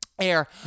air